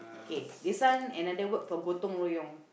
kay this one another word for gotong royong